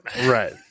right